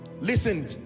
Listen